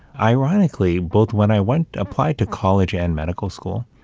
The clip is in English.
ironically, both when i went applied to college and medical school,